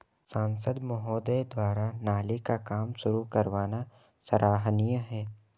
सांसद महोदय द्वारा नाली का काम शुरू करवाना सराहनीय है